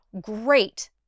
great